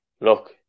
look